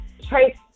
Trace